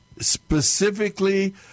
specifically